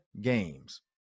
games